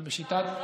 אבל בשיטת,